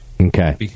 Okay